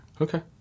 Okay